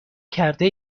کرده